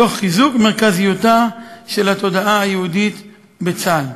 תוך חיזוק מרכזיותה של התודעה היהודית בצה"ל.